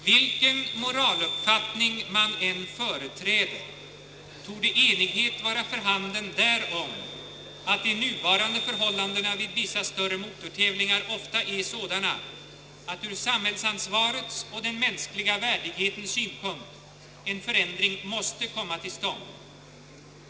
Vilken moraluppfattning man än företräder torde enighet vara för handen därom, att de nuvarande förhållandena vid vissa större motortävlingar ofta är sådana, att ur samhällsansvarets och den mänskliga värdighetens synpunkt en förändring måste komma till stånd.